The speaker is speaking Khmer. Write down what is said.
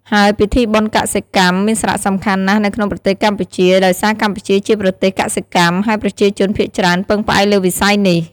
ហើយពិធីបុណ្យកសិកម្មមានសារៈសំខាន់ណាស់នៅក្នុងប្រទេសកម្ពុជា ដោយសារកម្ពុជាជាប្រទេសកសិកម្ម ហើយប្រជាជនភាគច្រើនពឹងផ្អែកលើវិស័យនេះ។